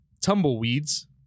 tumbleweeds